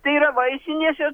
tai yra vaistinėse